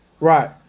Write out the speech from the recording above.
Right